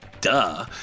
duh